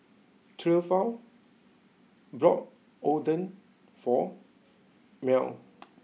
Theophile bought Oden for Mell